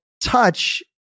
touch